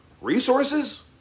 resources